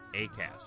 Acast